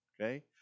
Okay